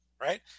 right